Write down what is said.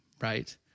right